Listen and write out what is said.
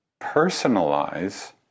personalize